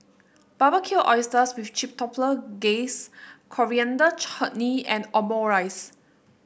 Barbecued Oysters with Chipotle Glaze Coriander Chutney and Omurice